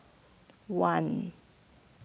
one